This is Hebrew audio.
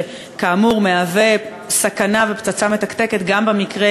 שכאמור מהווה סכנה ופצצה מתקתקת גם במקרה